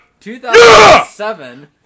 2007